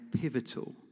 pivotal